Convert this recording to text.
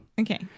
Okay